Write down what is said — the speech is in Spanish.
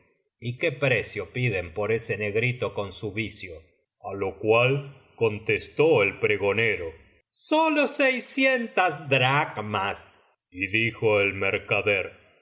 y qué precio piden por ese negrito con su vicio a lo cual contestó el pregonero sólo seiscientas dracmas y dijo el mercader